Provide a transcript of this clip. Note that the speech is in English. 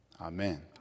Amen